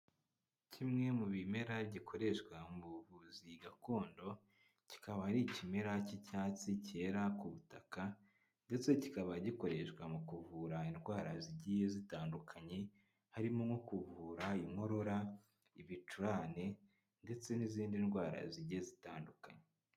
Kimwe mu bimera gikoreshwa mu buvuzi gakondo, kikaba ari ikimera cy'icyatsi cyera ku butaka ndetse kikaba gikoreshwa mu kuvura indwara zigiye zitandukanye, harimo nko kuvura inkorora, ibicurane ndetse n'izindi ndwara zigiye zitandukanye.